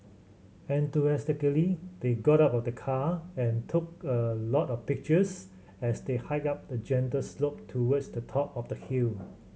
enthusiastically they got out of the car and took a lot of pictures as they hiked up a gentle slope towards the top of the hill